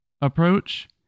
approach